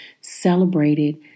celebrated